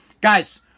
Guys